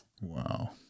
Wow